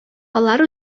алар